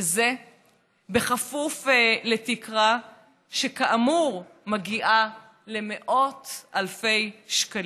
וזה בכפוף לתקרה שכאמור מגיעה למאות אלפי שקלים.